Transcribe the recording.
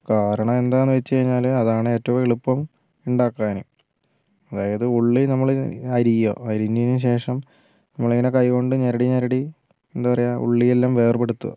കാരണം എന്താണെന്ന് വെച്ച് കഴിഞ്ഞാൽ അതാണ് ഏറ്റവും എളുപ്പം ഉണ്ടാക്കാൻ അതായത് ഉള്ളി നമ്മളിങ്ങനെ അരിയുക അരിഞ്ഞതിന് ശേഷം നമ്മളിങ്ങനെ കൈ കൊണ്ട് ഞെരടി ഞെരടി എന്താ പറയുക ഉള്ളി എല്ലാം വേർപെടുത്തുക